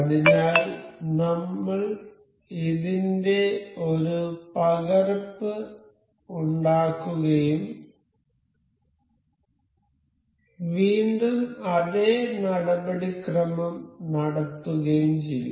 അതിനാൽ നമ്മൾ ഇതിന്റെ ഒരു പകർപ്പ് ഉണ്ടാക്കുകയും വീണ്ടും അതേ നടപടിക്രമം നടത്തുകയും ചെയ്യും